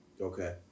Okay